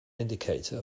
indicator